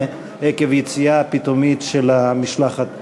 עקב היציאה הפתאומית של המשלחת בראשותי.